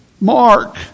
mark